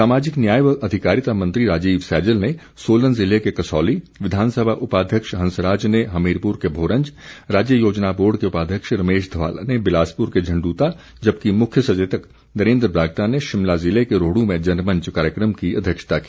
सामाजिक न्याय व अधिकारिता मंत्री राजीव सैजल ने सोलन जिले के कसौली विधानसभा उपाध्यक्ष हंसराज ने हमीरपुर के भोरंज राज्य योजना बोर्ड के उपाध्यक्ष रमेश धवाला ने बिलासपुर के झण्डुता जबकि मुख्य सचेतक नरेन्द्र बरागटा ने शिमला ज़िले के रोहडू में जनमंच कार्यक्रम की अध्यक्षता की